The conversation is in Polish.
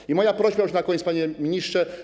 I moja prośba już na koniec, panie ministrze.